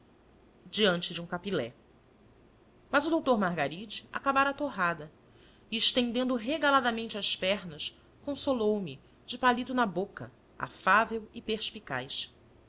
diante de um capilé mas o doutor margaride acabara a torrada e estendendo regaladamente as pernas consoloume de palito na boca afável e perspicaz